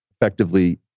effectively